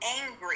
angry